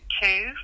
two